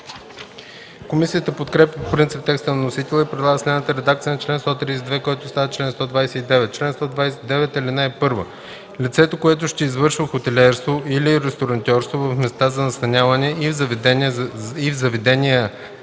Комисията подкрепя по принцип текста на вносителя и предлага следната редакция на чл. 132, който става чл. 129: „Чл. 129. (1) Лицето, което ще извършва хотелиерство или ресторантьорство в места за настаняване и в заведения